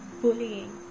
bullying